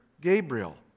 Gabriel